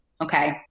Okay